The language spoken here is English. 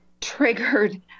triggered